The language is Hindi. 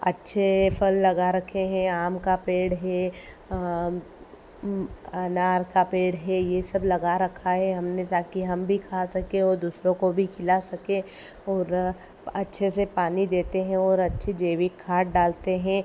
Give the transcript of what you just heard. अच्छे फल लगा रखे हैं आम का पेड़ है अनार का पेड़ है ये सब लगा रखा है हमने ताकि हम भी खा सकें और दूसरों को भी खिला सकें और अच्छे से पानी देते हैं और अच्छी जेविक खाद डालते हैं